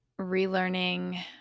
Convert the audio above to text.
relearning